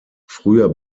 früher